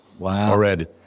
already